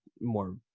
more